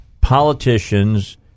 politicians